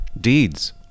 Deeds